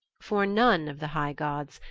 for none of the high gods,